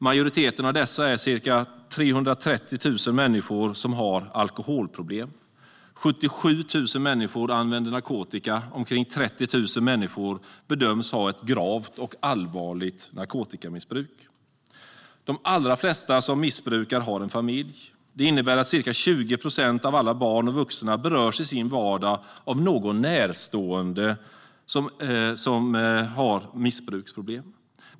Majoriteten av dessa, ca 330 000 människor, har alkoholproblem. 77 000 människor använder narkotika, och omkring 30 000 människor bedöms ha ett gravt och allvarligt narkotikamissbruk. De allra flesta som missbrukar har en familj. Det innebär att ca 20 procent av alla barn och vuxna i sin vardag berörs av någon närstående som har missbruksproblem.